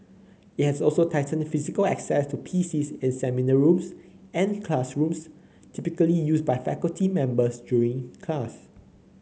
it has also tightened physical access to P C S in seminar rooms and classrooms typically used by faculty members during class